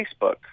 Facebook